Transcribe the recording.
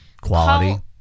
Quality